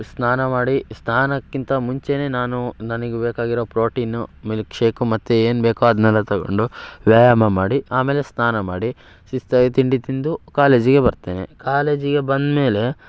ಸ್ನಾನ ಮಾಡಿ ಸ್ನಾನಕ್ಕಿಂತ ಮುಂಚೆಯೇ ನಾನು ನನಗೆ ಬೇಕಾಗಿರೋ ಪ್ರೋಟೀನು ಮಿಲ್ಕ್ ಶೇಕು ಮತ್ತೆ ಏನು ಬೇಕೋ ಅದ್ನೆಲ್ಲ ತೊಗೊಂಡು ವ್ಯಾಯಾಮ ಮಾಡಿ ಆಮೇಲೆ ಸ್ನಾನ ಮಾಡಿ ಶಿಸ್ತಾಗ್ ತಿಂಡಿ ತಿಂದು ಕಾಲೇಜಿಗೆ ಬರ್ತೇನೆ ಕಾಲೇಜಿಗೆ ಬಂದ ಮೇಲೆ